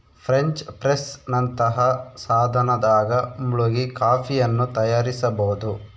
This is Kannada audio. ಫ್ರೆಂಚ್ ಪ್ರೆಸ್ ನಂತಹ ಸಾಧನದಾಗ ಮುಳುಗಿ ಕಾಫಿಯನ್ನು ತಯಾರಿಸಬೋದು